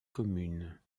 communes